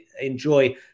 enjoy